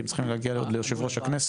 כי זה צריך להגיע גם ליושב ראש הכנסת.